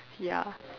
ya